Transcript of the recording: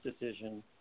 decision